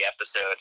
episode